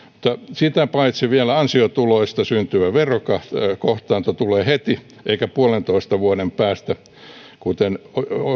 sitä paitsi ansiotuloista syntyvä verokohtaanto tulee heti eikä puolentoista vuoden päästä kuten